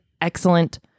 excellent